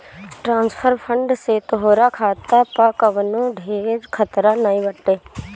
transfer fund से तोहार खाता पअ कवनो ढेर खतरा नाइ बाटे